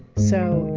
so.